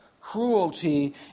cruelty